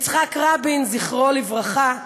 יצחק רבין, זכרו לברכה,